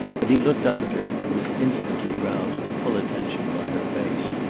but he looked up at her, and was instantly roused to full attention by her face.